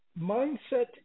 mindset